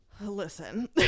Listen